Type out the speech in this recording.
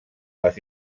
les